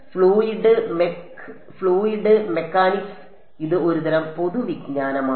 അതിനാൽ fluid mech fluid mechanics ഇത് ഒരുതരം പൊതുവിജ്ഞാനമാണ്